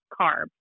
CARB